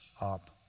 up